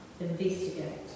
Investigate